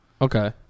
Okay